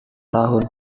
tahun